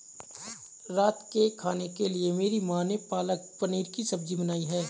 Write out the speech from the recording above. रात के खाने के लिए मेरी मां ने पालक पनीर की सब्जी बनाई है